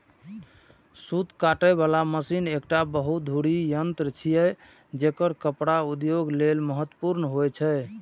सूत काटे बला मशीन एकटा बहुधुरी यंत्र छियै, जेकर कपड़ा उद्योग लेल महत्वपूर्ण होइ छै